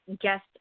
guest